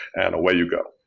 and away you go,